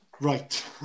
Right